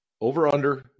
over-under